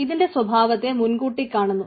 ഇതിന്റെ സ്വഭാവത്തെ മുൻകൂട്ടി കാണുന്നു